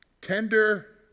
Tender